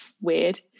weird